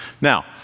Now